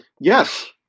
Yes